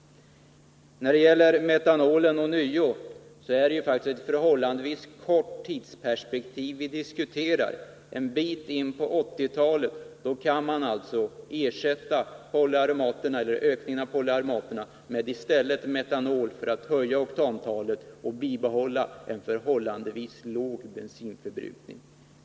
När det gäller metanolen är det faktiskt ett förhållandevis kort tidsperspektiv vi diskuterar. En bit in på 1980-talet kan man ersätta polyaromaterna med metanol för att höja oktantalet och därmed bibehålla en förhållandevis låg bensinförbrukning.